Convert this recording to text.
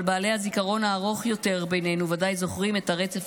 אבל בעלי הזיכרון הארוך יותר בינינו ודאי זוכרים את הרצף